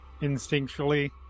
Instinctually